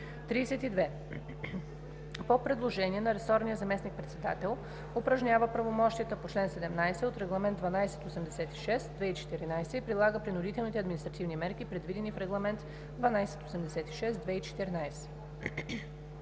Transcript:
32. по предложение на ресорния заместник-председател упражнява правомощията по чл. 17 от Регламент (ЕС) № 1286/2014 и прилага принудителните административни мерки, предвидени в Регламент (ЕС) № 1286/2014;